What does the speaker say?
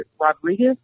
Rodriguez